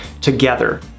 together